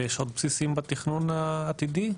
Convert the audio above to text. ויש עוד בסיסים בתכנון העתידי?